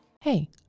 Hey